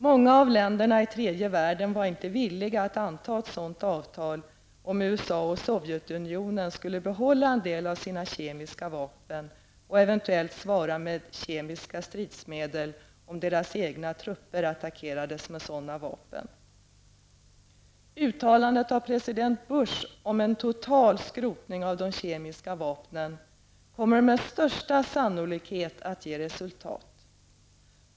Många länder i tredje världen var inte villiga att anta ett sådant avtal om USA och Sovjetunionen skulle behålla en del av sina kemiska vapen och eventuellt svara med kemiska stridsmedel om deras egna trupper attackeras med sådana vapen. Uttalandet av president Bush om en total skrotning av de kemiska vapnen kommer med största sannolikhet att ge resultat.